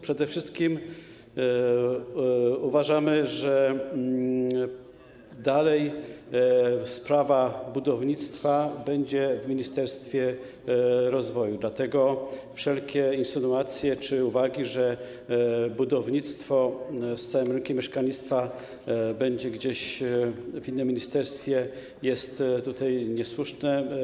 Przede wszystkim uważamy, że dalej sprawa budownictwa będzie w ministerstwie rozwoju, dlatego wszelkie insynuacje czy uwagi, że budownictwo z całym rynkiem mieszkalnictwa będzie gdzieś w innym ministerstwie, są niesłuszne.